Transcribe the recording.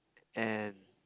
and